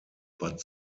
but